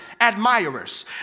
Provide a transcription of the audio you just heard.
admirers